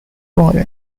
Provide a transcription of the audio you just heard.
状元